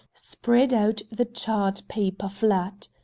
spread out the charred paper flat.